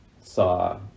saw